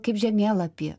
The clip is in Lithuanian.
kaip žemėlapį